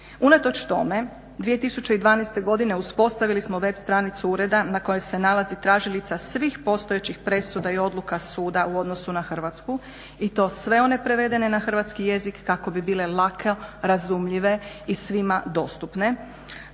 Unatoč tome 2012. godine uspostavili smo web stranicu Ureda na kojoj se nalazi tražilica svih postojećih presuda i odluka Suda u odnosu na Hrvatsku i to sve one prevedene na hrvatski jezik kako bi bile lako razumljive i svima dostupne,